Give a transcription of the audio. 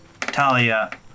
Talia